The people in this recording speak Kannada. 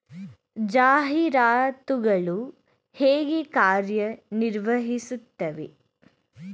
ಜಾಹೀರಾತುಗಳು ಹೇಗೆ ಕಾರ್ಯ ನಿರ್ವಹಿಸುತ್ತವೆ?